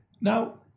now